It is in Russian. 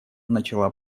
начала